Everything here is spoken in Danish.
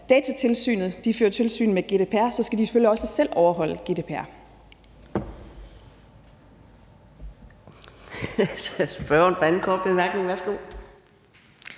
Datatilsynet fører tilsyn med GDPR, skal de selvfølgelig